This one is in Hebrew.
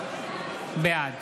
בעד